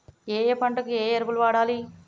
ఏయే పంటకు ఏ ఎరువులు వాడాలి?